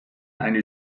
eine